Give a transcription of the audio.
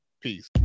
Peace